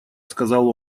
сказал